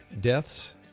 deaths